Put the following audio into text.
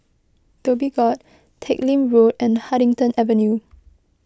Dhoby Ghaut Teck Lim Road and Huddington Avenue